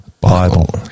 Bible